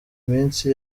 iminsi